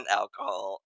alcohol